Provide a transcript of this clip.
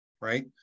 right